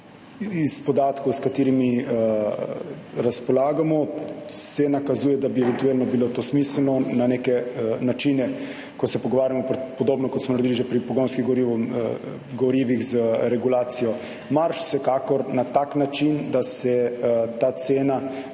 iz podatkov, s katerimi razpolagamo, nakazuje, da bi bilo eventualno to smiselno na neke načine, ko se pogovarjamo, podobno, kot smo naredili že pri pogonskih gorivih, z regulacijo marž, vsekakor na tak način, da se ta cena na